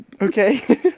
Okay